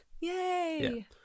Yay